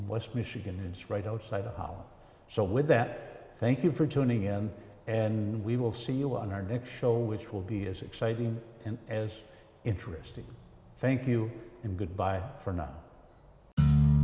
west michigan it's right outside the house so with that thank you for joining us and we will see you on our next show which will be as exciting and as interesting thank you and goodbye for no